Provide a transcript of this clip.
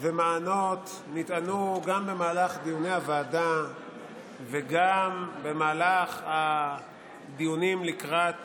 ומענות נטענו גם במהלך דיוני הוועדה וגם במהלך הדיונים לקראת